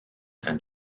and